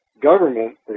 government